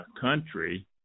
country